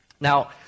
Now